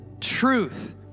truth